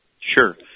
Sure